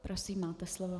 Prosím, máte slovo.